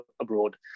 abroad